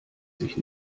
sich